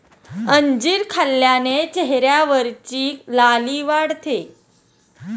अंजीर खाल्ल्याने चेहऱ्यावरची लाली वाढते